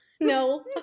no